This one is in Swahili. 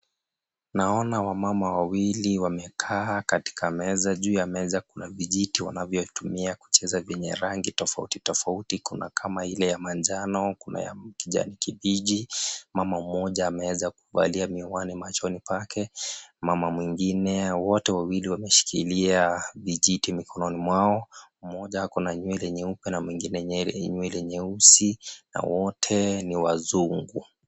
Naona wamama wawili wamekaa katika meza. Juu ya meza, kuna vijiti wanavyotumia kucheza vyenye rangi tofauti tofauti kuna kama ile ya manjano, kuna ya kijani kibichi. Mama mmoja ameweza kuvalia miwani machoni pake, mama mwengine. Wote wawili wameshikilia vijiti mikononi mwao, mmoja ako na nywele nyeupe na mwengine nywele nyeusi na wote ni wazungu.